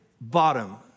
bottom